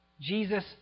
Jesus